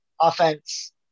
offense